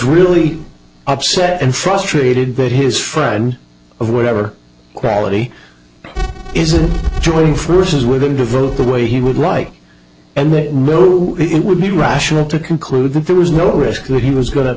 really upset and frustrated that his friend of whatever quality isn't joining forces would vote the way he would like and then it would be rational to conclude that there was no risk that he was go